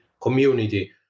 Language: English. community